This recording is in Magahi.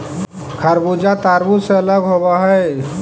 खरबूजा तारबुज से अलग होवअ हई